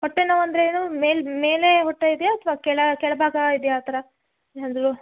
ಹೊಟ್ಟೆ ನೋವು ಅಂದರೆ ಏನು ಮೇಲೆ ಮೇಲೆ ಹೊಟ್ಟೆ ಇದೆಯಾ ಅಥವಾ ಕೆಳ ಕೆಳ ಭಾಗ ಇದೆಯಾ ಆ ಥರ